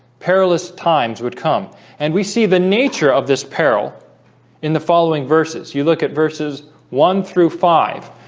perilous times would come and we see the nature of this peril in the following verses you look at verses one through five